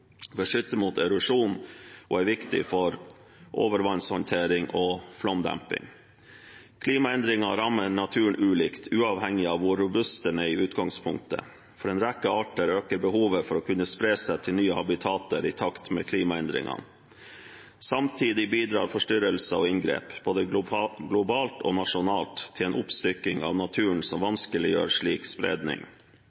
beskytter mot erosjon og er viktig for overvannshåndtering og flomdemping. Klimaendringene rammer naturen ulikt, uavhengig av hvor robust den er i utgangspunktet. For en rekke arter øker behovet for å kunne spre seg til nye habitater i takt med klimaendringene. Samtidig bidrar forstyrrelser og inngrep både globalt og nasjonalt til en oppstykking av naturen som